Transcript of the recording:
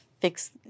fix